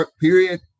Period